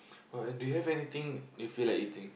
or or do you have anything you feel like eating